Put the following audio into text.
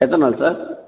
எத்தனை நாள் சார்